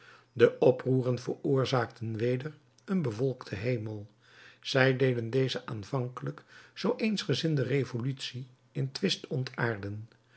de oproeren veroorzaakten weder een bewolkten hemel zij deden deze aanvankelijk zoo eensgezinde revolutie in twist